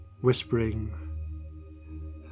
Whispering